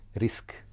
risk